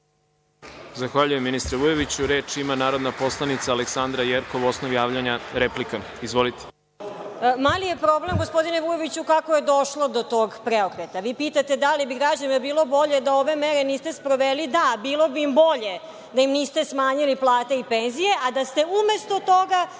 Zahvaljujem, ministre Vujoviću. Reč ima narodna poslanica Aleksandra Jerkov, osnov javljanja replika. Izvolite. **Aleksandra Jerkov** Mali je problem, gospodine Vujoviću, kako je došlo do tog preokreta. Vi pitate da li bi građanima bilo bolje da ove mere niste sproveli? Da, bilo bi im bolje da im niste smanjili plate i penzije, a da ste umesto toga